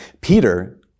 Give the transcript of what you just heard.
Peter